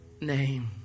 name